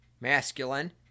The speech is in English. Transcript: masculine